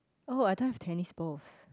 oh I don't have tennis balls